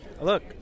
Look